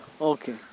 Okay